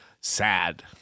sad